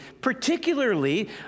particularly